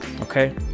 Okay